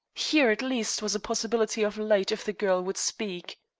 here at least was a possibility of light if the girl would speak.